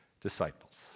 disciples